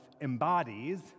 embodies